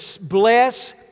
bless